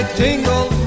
tingle